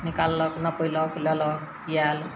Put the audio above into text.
निकाललक नपैलक लेलक आएल